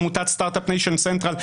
עמותת סטארט-אפ ניישן סנטרל,